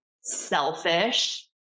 selfish